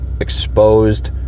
exposed